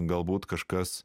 galbūt kažkas